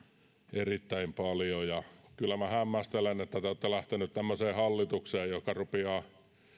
erittäin paljon ja kyllä minä hämmästelen että te olette lähteneet tämmöiseen hallitukseen joka rupeaa